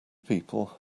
people